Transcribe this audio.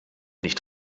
nicht